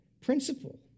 principle